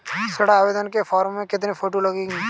ऋण आवेदन के फॉर्म में कितनी फोटो लगेंगी?